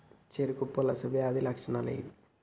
చెరుకు పొలుసు వ్యాధి లక్షణాలు ఏవి?